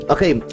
Okay